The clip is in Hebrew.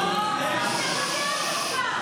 --- השר קרעי.